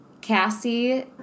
Cassie